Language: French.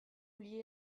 ollier